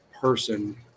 person